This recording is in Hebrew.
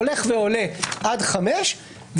הולך ועולה עד חמישה,